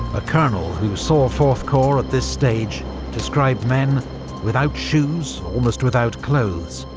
a colonel who saw fourth corps at this stage described men without shoes, almost without clothes,